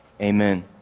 Amen